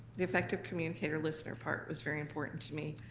the effective communicator listener part was very important to me.